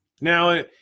Now